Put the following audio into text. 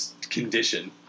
condition